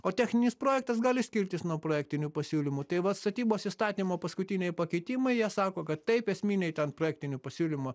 o techninis projektas gali skirtis nuo projektinių pasiūlymų tai va statybos įstatymo paskutiniai pakeitimai jie sako kad taip esminiai ten projektinių pasiūlymų